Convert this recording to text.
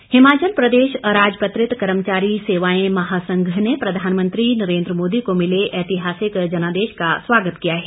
कर्मचारी हिमाचल प्रदेश अराजपत्रित कर्मचारी सेवाएं महासंघ ने प्रधानमंत्री नरेन्द्र मोदी को मिले ऐतिहासिक जनादेश का स्वागत किया है